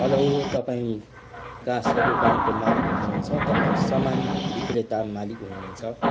hello तपाईँ काशी दोकानको मालिक हुनुहुन्छ तपाईँ सामान विक्रेता मालिक हुनुहुन्छ